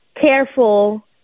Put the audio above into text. careful